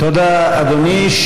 תודה, אדוני.